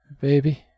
baby